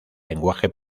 lenguaje